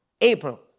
April